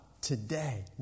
today